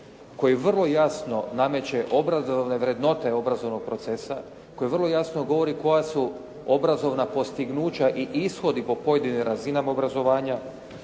koji vrlo jasno nameće obrazovne vrednote obrazovnog procesa, koji vrlo jasno govori koja su obrazovna postignuća i ishodi po pojedinim razinama obrazovanja,